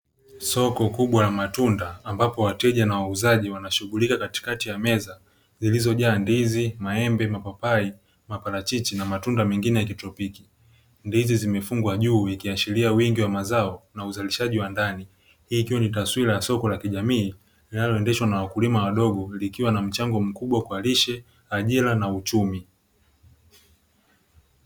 Soko kubwa la matunda ambapo wateja na wauzaji wanashughulika katikati ya meza zilizojaa ndizi, maembe, mapapai, maparachichi na matunda mengine ya kitropiki; ndizi zimefungwa juu ikiashiria wingi wa mazao na uzalishaji wa ndani. Hii ikiwa ni taswira ya soko la kijamii linaloendeshwa na wakulima wadogo likiwa na mchango mkubwa kwa lishe, ajira na uchumi.